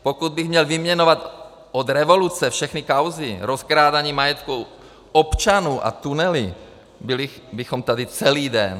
Pokud bych měl vyjmenovat od revoluce všechny kauzy, rozkrádání majetku občanů a tunely, byli bychom tady celý den.